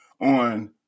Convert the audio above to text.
on